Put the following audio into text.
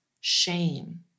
shame